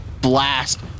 Blast